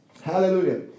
Hallelujah